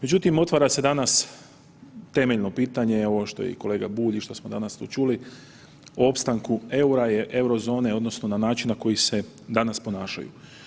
Međutim, otvara se danas temeljno pitanje, ovo što je i kolega Bulj i što smo danas to čuli, o opstanku EUR-a i Eurozone odnosno na načina koji se danas ponašaju.